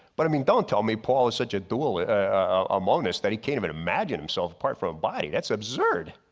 but i mean don't tell me paul is such a monus ah monus that he can't even imagine himself apart from a body. that's absurd!